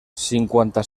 cinquanta